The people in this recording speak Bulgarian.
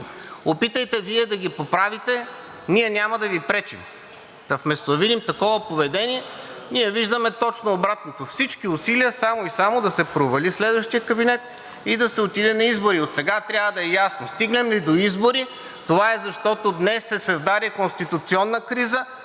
опитайте Вие да ги поправите, ние няма да Ви пречим!“ Та, вместо да видим такова поведение, ние виждаме точно обратното – всички усилия само и само да се провали следващият кабинет и да се отиде на избори. Отсега трябва да е ясно – стигнем ли до избори, това е, защото днес се създаде конституционна криза,